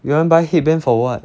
you want buy headband for what